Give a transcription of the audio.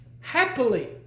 Happily